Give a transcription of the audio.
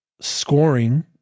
scoring